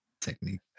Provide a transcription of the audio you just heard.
technique